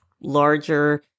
larger